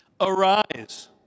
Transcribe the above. Arise